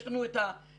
יש לנו את הנתונים,